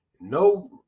no